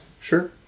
sure